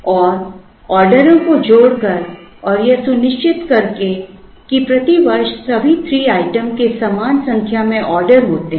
और ऑर्डरों को जोड़कर और यह सुनिश्चित करके कि प्रति वर्ष सभी 3 आइटम के समान संख्या में ऑर्डर होते हैं